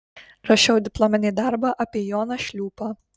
rašiau diplominį darbą apie joną šliūpą